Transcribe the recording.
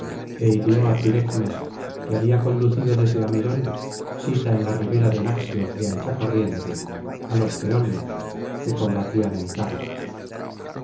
é hirió á pirecmes que había conducido desde amidón sita en la ribera del axio de ancha corriente á los peonios que combatían en carros